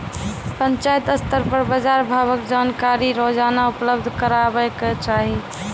पंचायत स्तर पर बाजार भावक जानकारी रोजाना उपलब्ध करैवाक चाही?